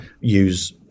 use